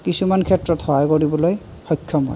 কিছুমান ক্ষেত্ৰত সহায় কৰিবলৈ সক্ষম হয়